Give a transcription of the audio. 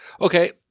Okay